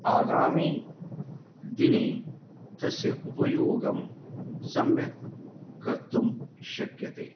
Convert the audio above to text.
आगामि दिने तस्य उपयोगं सम्यक् कर्तुं शक्यते